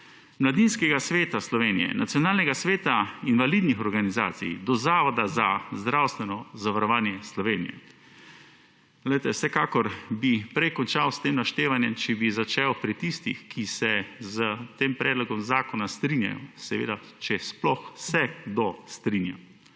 mladinskega sveta Slovenije, nacionalnega sveta invalidnih organizacij do Zavoda za zdravstveno zavarovanje Slovenije. Poglejte, vsekakor bi prej končal s tem naštevanjem, če bi začel pri tistih, ki se s tem predlogom zakona strinjajo, seveda če sploh se kdo strinja.